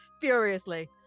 furiously